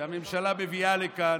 שהממשלה מביאה לכאן,